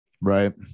Right